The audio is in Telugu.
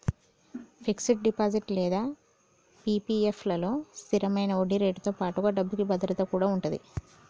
ఫిక్స్డ్ డిపాజిట్ లేదా పీ.పీ.ఎఫ్ లలో స్థిరమైన వడ్డీరేటుతో పాటుగా డబ్బుకి భద్రత కూడా ఉంటది